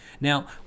Now